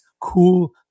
cool